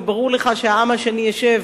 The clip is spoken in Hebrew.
וברור לך שהעם השני ישב